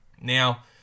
Now